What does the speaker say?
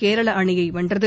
கேரள அணியை வென்றது